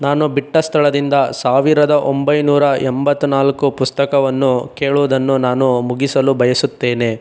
ನಾನು ಬಿಟ್ಟ ಸ್ಥಳದಿಂದ ಸಾವಿರದ ಒಂಬೈನೂರ ಎಂಬತ್ತ್ನಾಲ್ಕು ಪುಸ್ತಕವನ್ನು ಕೇಳುವುದನ್ನು ನಾನು ಮುಗಿಸಲು ಬಯಸುತ್ತೇನೆ